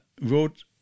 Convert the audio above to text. wrote